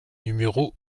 numéro